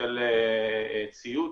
של ציות,